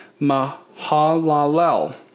Mahalalel